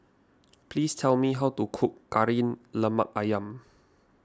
please tell me how to cook Kari Lemak Ayam